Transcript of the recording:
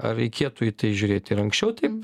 ar reikėtų į tai žiūrėti ir anksčiau taip